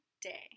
day